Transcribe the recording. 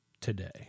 today